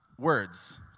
Words